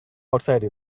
outside